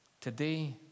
today